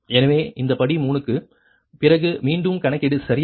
எனவே இந்த படி 3 க்குப் பிறகு மீண்டும் கணக்கீடு சரியா